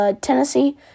Tennessee